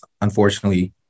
unfortunately